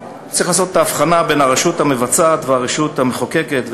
שצריך לעשות את ההבחנה בין הרשות המבצעת והרשות המחוקקת,